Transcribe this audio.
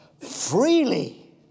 freely